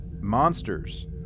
Monsters